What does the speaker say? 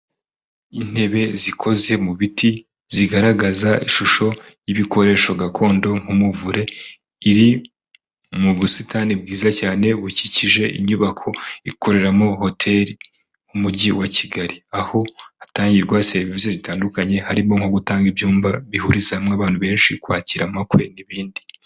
Intebe zikoze mu biti zigaragaza ishusho y'ibikoresho gakondo nk'umuvure, iri mu busitani bwiza cyane bukikije inyubako ikoreramo hoteri mu mujyi wa Kigali, aho hatangirwa serivisi zitandukanye, harimo nko gutanga ibyumba bihuriza hamwe abantu benshi, kwakira amakwe n'ibindi.